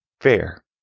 fair